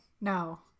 no